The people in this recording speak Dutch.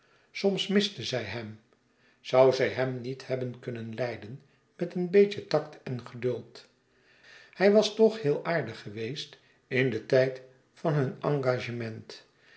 soms miste zij hem zoû zij hem niet hebben kunnen leiden met een beetje tact en geduld hij was toch heel aardig geweest in den tijd van hun engagement